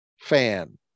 fan